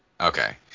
Okay